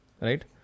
right